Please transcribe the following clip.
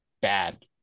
bad